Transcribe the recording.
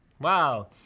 Wow